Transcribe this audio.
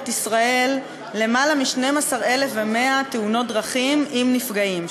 ישראל למעלה מ-12,100 תאונות דרכים עם נפגעים,